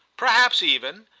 perhaps even!